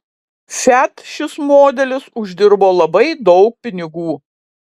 fiat šis modelis uždirbo labai daug pinigų